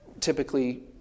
typically